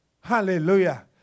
Hallelujah